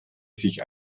sich